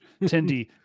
Tindy